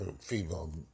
female